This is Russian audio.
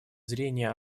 зрения